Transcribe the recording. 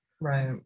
right